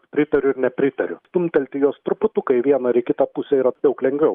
pritariu ir nepritariu stumtelti juos truputuką į vieną ar į kitą pusę yra daug lengviau